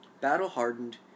Battle-hardened